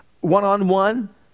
one-on-one